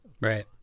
right